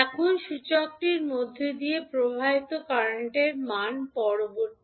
এখন সূচকটির মধ্য দিয়ে প্রবাহিত কারেন্টের মান পরবর্তী